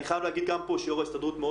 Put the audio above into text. אני חייב להגיד גם פה שיו"ר ההסתדרות מאוד